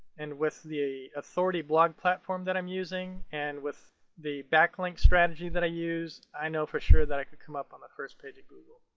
and with the authority blog platform that i'm using and with the backlink strategy that i use, i know for sure that i can come up on the first page of google.